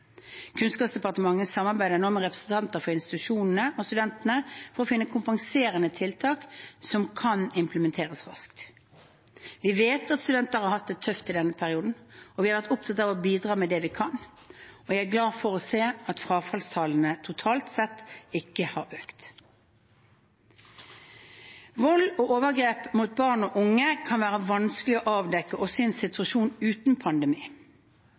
Kunnskapsdepartementet samarbeider nå med representanter for institusjonene og studentene for å finne kompenserende tiltak som kan implementeres raskt. Vi vet at studentene har hatt det tøft i denne perioden, og vi har vært opptatt av å bidra med det vi kan. Jeg er glad for å se at frafallstallene totalt sett ikke har økt. Vold og overgrep mot barn og unge kan være vanskelig å avdekke også i en situasjon uten pandemi.